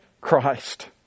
Christ